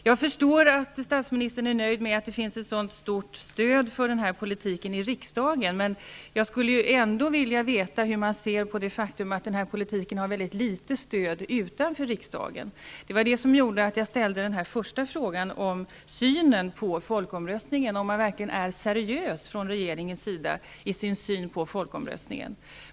Jag förstår att statsministern är nöjd med att det finns ett sådant stort stöd för den här politiken i riksdagen, men jag skulle ändå vilja veta hur han ser på det faktum att den här politiken har väldigt litet stöd utanför riksdagen. Det var det som gjorde att jag ställde den första frågan, om regeringen verkligen är seriös i sin syn på folkomröstningen.